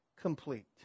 complete